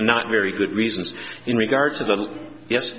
not very good reasons in regard to the yes